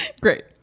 Great